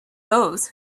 those